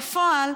בפועל,